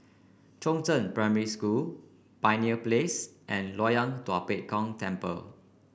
Chongzheng Primary School Pioneer Place and Loyang Tua Pek Kong Temple